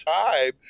time